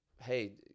hey